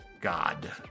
God